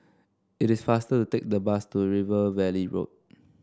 it is faster to take the bus to River Valley Road